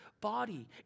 body